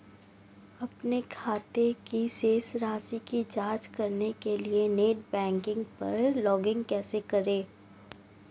अपने खाते की शेष राशि की जांच करने के लिए नेट बैंकिंग पर लॉगइन कैसे करें?